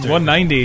190